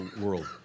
world